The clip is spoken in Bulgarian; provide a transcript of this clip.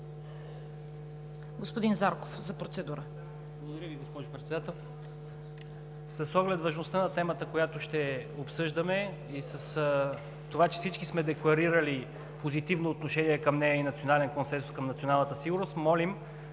ЗАРКОВ (БСП за България): Благодаря Ви, госпожо Председател. С оглед важността на темата, която ще обсъждаме, и с това, че всички сме декларирали позитивно отношение към нея и национален консенсус към националната сигурност, молим